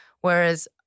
Whereas